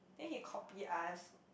then he copy us